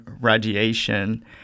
radiation